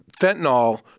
fentanyl